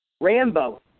Rambo